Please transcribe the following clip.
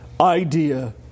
idea